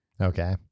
Okay